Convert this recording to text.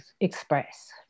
express